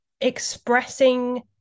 expressing